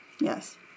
Yes